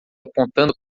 apontando